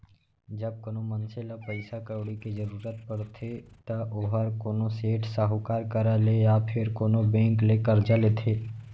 जब कोनो मनसे ल पइसा कउड़ी के जरूरत परथे त ओहर कोनो सेठ, साहूकार करा ले या फेर कोनो बेंक ले करजा लेथे